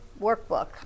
workbook